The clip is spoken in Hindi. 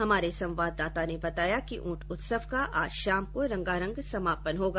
हमारे संवाददाता ने बताया कि ऊंट उत्सव का आज शाम को रंगारंग समापन होगा